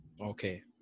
okay